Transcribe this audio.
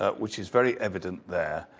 ah which is very evident there,